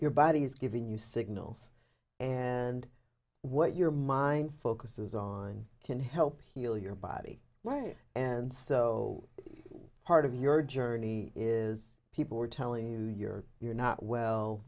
your body is giving you signals and what your mind focuses on can help heal your body right and so part of your journey is people were telling you you're you're not well